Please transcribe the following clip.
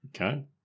okay